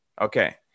Okay